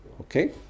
Okay